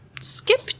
skip